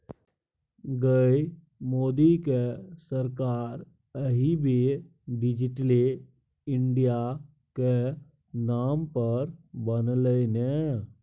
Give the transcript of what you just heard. गै मोदीक सरकार एहि बेर डिजिटले इंडियाक नाम पर बनलै ने